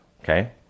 Okay